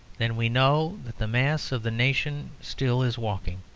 then we know that the mass of the nation still is walking.